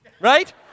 right